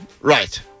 Right